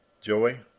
Joey